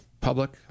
public